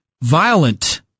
violent